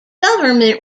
government